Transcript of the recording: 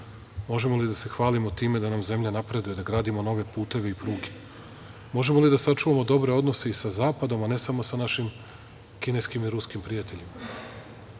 možemo li da se hvalimo time da nam zemlja napreduje, da gradimo nove puteve i pruge, možemo li da sačuvamo dobre odnose i sa Zapadom, a ne samo sa našim kineskim i ruskim prijateljima,